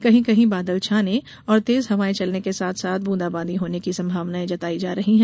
कहीं कहीं बादल छाने और तेज हवाएं चलने के साथ साथ ब्रूदाबांदी होने की संभावना जताई जा रही है